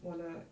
我的